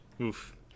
Oof